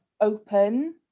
open